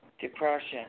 depression